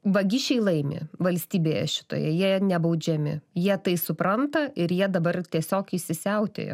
vagišiai laimi valstybėje šitoje jie nebaudžiami jie tai supranta ir jie dabar tiesiog įsisiautėjo